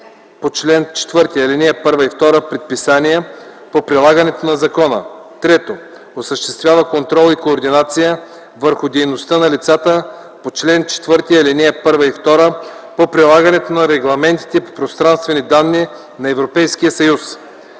по чл. 4, ал. 1 и 2 предписания по прилагането на закона; 3. осъществява контрол и координация върху дейността на лицата по чл. 4, ал. 1 и 2 по прилагането на регламентите по пространствени данни на Европейския съюз;